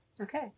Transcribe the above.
Okay